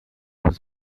was